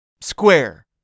Square